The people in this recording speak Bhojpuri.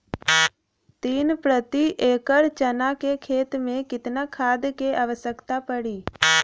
तीन प्रति एकड़ चना के खेत मे कितना खाद क आवश्यकता पड़ी?